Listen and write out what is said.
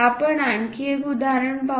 आपण आणखी एक उदाहरण पाहू या